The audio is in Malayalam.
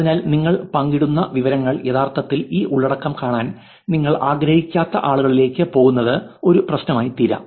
അതിനാൽ നിങ്ങൾ പങ്കിടുന്ന വിവരങ്ങൾ യഥാർത്ഥത്തിൽ ഈ ഉള്ളടക്കം കാണാൻ നിങ്ങൾ ആഗ്രഹിക്കാത്ത ആളുകളിലേക്ക് പോകുന്നത് ഒരു പ്രശ്നമായി തീരാം